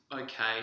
okay